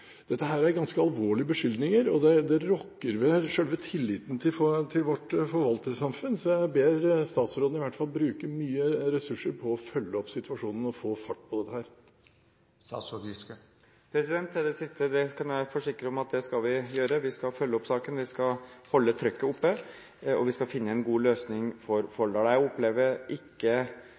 Dette er ganske alvorlige beskyldninger, og det rokker ved selve tilliten til vårt forvaltersamfunn, så jeg ber statsråden om i hvert fall å bruke mye ressurser på å følge opp situasjonen og få fart på dette her. Til det siste: Det kan jeg forsikre om at vi skal gjøre. Vi skal følge opp saken, vi skal holde trøkket oppe, og vi skal finne en god løsning for Folldal. Jeg opplever ikke